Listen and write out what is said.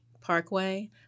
Parkway –